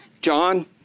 John